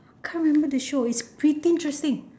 can't remember the show it's pretty interesting